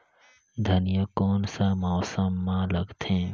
धनिया कोन सा मौसम मां लगथे?